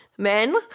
Men